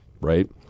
right